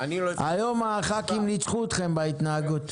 היום חברי הכנסת ניצחו אתכם בהתנהגות.